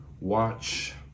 watch